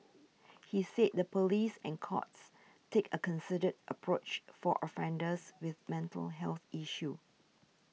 he said the police and courts take a considered approach for offenders with mental health issues